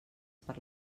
per